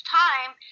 time